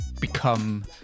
become